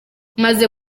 maze